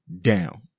down